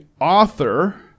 author